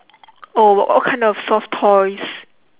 oh what kind of soft toys